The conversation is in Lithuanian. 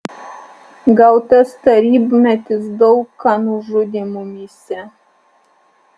gal tas tarybmetis daug ką nužudė mumyse